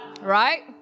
Right